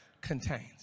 contains